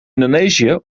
indonesië